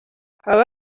baba